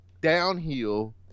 downhill